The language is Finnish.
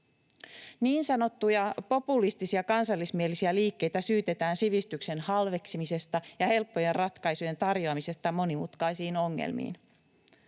Niin sanottuja populistisia kansallismielisiä liikkeitä syytetään sivistyksen halveksimisesta ja helppojen ratkaisujen tarjoamisesta monimutkaisiin ongelmiin.